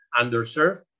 underserved